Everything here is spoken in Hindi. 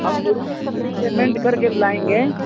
हम पूरा पूरा पेमेंट कर के लाएँगे